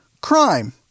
crime